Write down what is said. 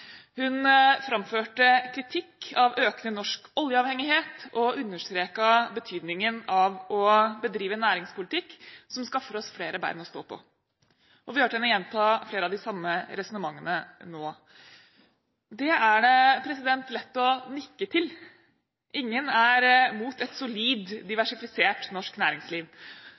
Hun framførte kritikk av økende norsk oljeavhengighet og understreket betydningen av å bedrive næringspolitikk som skaffer oss flere bein å stå på. Vi hørte henne gjenta flere av de samme resonnementene nå. Det er det lett å nikke til. Ingen er mot et solid diversifisert norsk næringsliv.